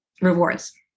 rewards